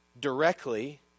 directly